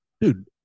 Dude